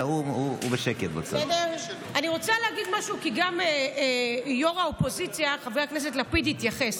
אני רוצה להגיד משהו כי גם ראש האופוזיציה חבר הכנסת לפיד התייחס.